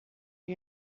you